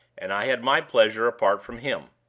and i had my pleasure apart from him.